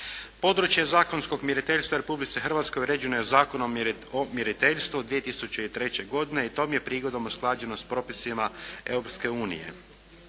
Područje zakonskog mjeriteljstva u Republici Hrvatskoj uređeno je Zakonom o mjeriteljstvu 2003. godine i tom je prigodom usklađeno s propisima